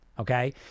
Okay